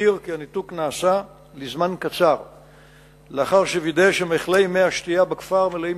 אלפי-מנשה ניתק את הכפר ערב-אלרמאדין ממי שתייה כתוצאה מתאונת